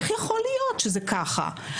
איך יכול להיות שזה ככה?',